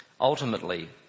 ultimately